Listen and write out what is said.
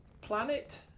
planet